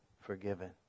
forgiven